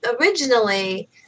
originally